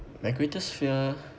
my greatest fear